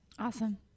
awesome